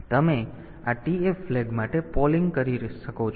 તેથી તમે આ TF ફ્લેગ માટે પોલીંગ કરી શકો છો